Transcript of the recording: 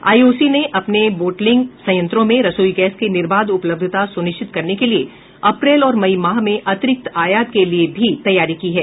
IOC ने अपने bottling संयंत्रों में रसोई गैस की निर्बाध उपलब्धता सुनिश्चित करने के लिए अप्रैल और मई माह में अतिरिक्त आयात के लिए भी तैयारी की है